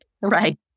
Right